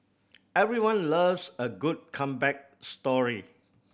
everyone loves a good comeback story